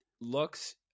looks